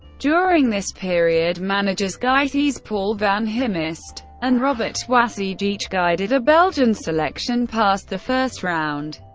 during this period, managers guy thys, paul van himst and robert waseige each guided a belgian selection past the first round.